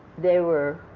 they were.